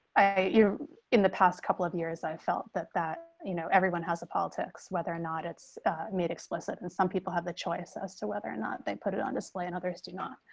i you in the past couple of years. i felt that that you know everyone has a politics, whether or not it's made explicit and some people have the choice as to whether or not they put it on display and others do not.